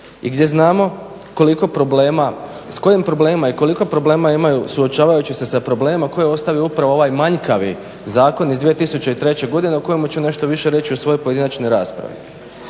i gdje znamo koliko problema, s kojim problemima i koliko problema imaju suočavajući se sa problemima koje je ostavio upravo ovaj manjkavi zakon iz 2003.godine o kojemu ću nešto više u svojoj pojedinačnoj raspravi.